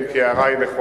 אם כי ההערה היא נכונה,